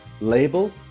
label